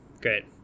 great